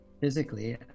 physically